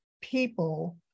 people